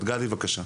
גדי, בבקשה.